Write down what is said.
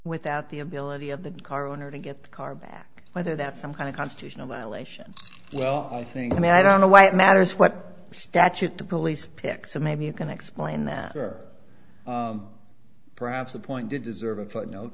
without the ability of the car owner to get the car back whether that's some kind of constitutional violation well i think i mean i don't know why it matters what statute the police pick so maybe you can explain that or perhaps the point did deserve